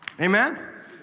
Amen